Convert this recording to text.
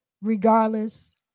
regardless